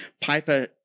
Piper